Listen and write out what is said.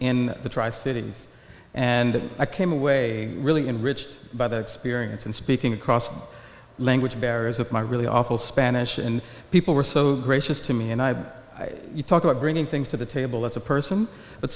in the tri cities and i came away really in ridged by the experience and speaking across language barriers of my really awful spanish and people were so gracious to me and i you talk about bringing things to the table as a person but